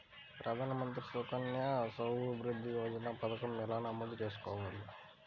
ప్రధాన మంత్రి సుకన్య సంవృద్ధి యోజన పథకం ఎలా నమోదు చేసుకోవాలీ?